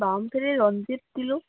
বামখিনি ৰঞ্জিত দিলোঁ